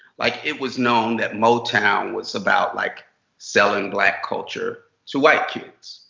like it was known that motown was about like selling black culture to white kids.